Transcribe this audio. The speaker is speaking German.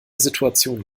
situation